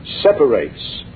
separates